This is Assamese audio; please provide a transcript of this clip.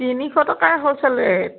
তিনিশ টকা হৈছে ৰেট